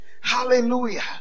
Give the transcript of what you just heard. hallelujah